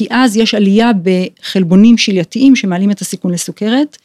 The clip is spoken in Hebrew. כי אז יש עלייה בחלבונים שליתיים שמעלים את הסיכון לסוכרת.